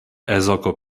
ezoko